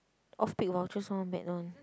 off-peak vouchers all mad one